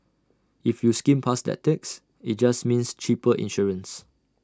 if you skimmed past that text IT just means cheaper insurance